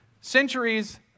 centuries